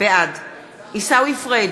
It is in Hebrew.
בעד עיסאווי פריג'